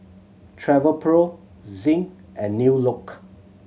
Travelpro Zinc and New Look